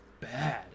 bad